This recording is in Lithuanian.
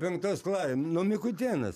penktos klaj nu mikutėnas